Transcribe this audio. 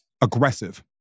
aggressive